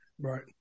Right